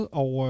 og